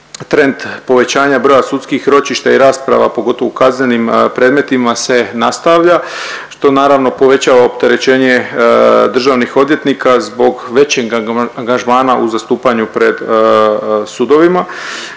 trend povećanja broja sudskih ročišta i rasprava pogotovo u kaznenim predmetima se nastavlja što naravno povećava opterećenje državnih odvjetnika zbog većeg angažmana u zastupanju pred sudovima